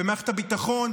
במערכת הביטחון,